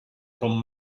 con